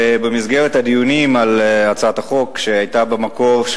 במסגרת הדיונים על הצעת החוק שהיתה במקור,